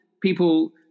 people